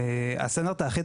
בסטנדרט האחיד,